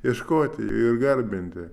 ieškoti ir garbinti